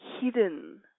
hidden